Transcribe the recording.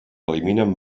eliminen